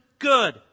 Good